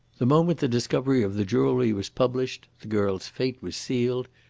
the moment the discovery of the jewellery was published the girl's fate was sealed,